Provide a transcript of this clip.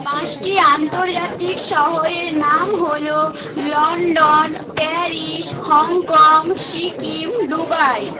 পাঁচটি আন্তর্জাতিক শহরের নাম হল London Paris Hong Kong Sikkim Dubai